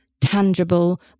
tangible